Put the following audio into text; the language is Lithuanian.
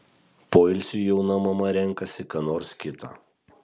poilsiui jauna mama renkasi ką nors kita